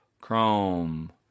Chrome